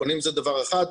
הקונים זה דבר אחד,